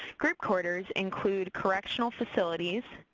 group quarters include correctional facilities,